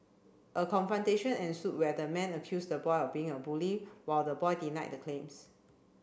a confrontation ensued where the man accused the boy of being a bully while the boy denied the claims